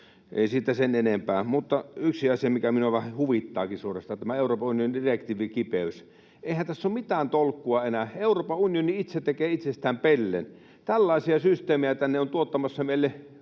ei siitä sen enempää. Mutta on yksi asia, mikä minua vähän huvittaakin suorastaan: tämä Euroopan unionin direktiivikipeys. Eihän tässä ole mitään tolkkua enää. Euroopan unioni itse tekee itsestään pellen, tällaisia systeemejä tänne on tuottamassa meille